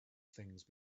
things